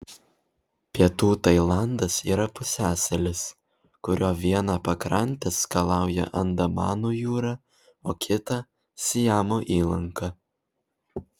pietų tailandas yra pusiasalis kurio vieną pakrantę skalauja andamanų jūra o kitą siamo įlanka